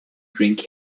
drink